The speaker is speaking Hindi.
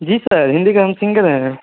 जी सर हिंदी के हम सिंगर हैं